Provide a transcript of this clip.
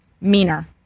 meaner